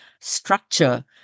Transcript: structure